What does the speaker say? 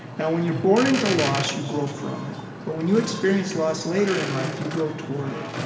now when you're born into loss, you grow from it. but when you experience loss later in life, you grow toward it.